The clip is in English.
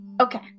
Okay